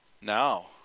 Now